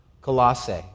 Colossae